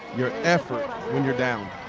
your effort when you're down.